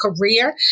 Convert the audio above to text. career